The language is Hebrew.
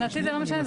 מבחינתי זה לא משנה,